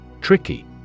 Tricky